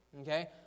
Okay